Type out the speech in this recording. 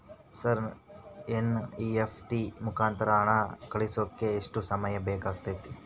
Sir NEFT ಮುಖಾಂತರ ಹಣ ಕಳಿಸೋಕೆ ಎಷ್ಟು ಸಮಯ ಬೇಕಾಗುತೈತಿ?